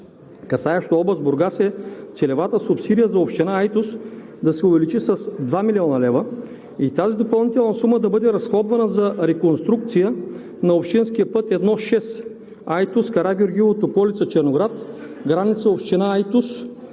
касаещо област Бургас, е целевата субсидия за община Айтос да се увеличи с 2 млн. лв. и тази допълнителна сума да бъде разходвана за реконструкция на общинския път I-6 – Айтос – Карагеоргиево – Тополица – Черноград – граница – община Айтос